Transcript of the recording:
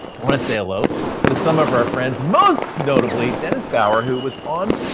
i wanna say hello to some of our friends, most notably dennis bauer, who was on,